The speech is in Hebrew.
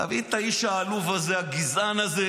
תבין את האיש העלוב הזה, הגזען הזה,